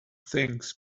things